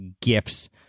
gifts